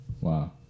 Wow